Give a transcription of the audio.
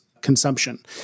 consumption